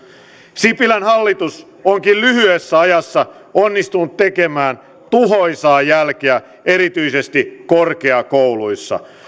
sipilän hallitus onkin lyhyessä ajassa onnistunut tekemään tuhoisaa jälkeä erityisesti korkeakouluissa